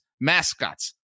mascots